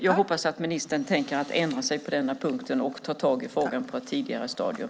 Jag hoppas att ministern tänker ändra sig på denna punkt och ta tag i frågan på ett tidigare stadium.